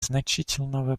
значительного